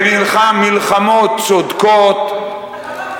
ונלחם מלחמות צודקות,